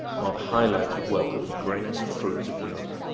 while the highlands would welcome the grains and fruits of europe.